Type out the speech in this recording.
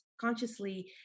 consciously